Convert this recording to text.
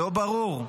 לא ברור.